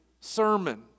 sermon